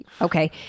okay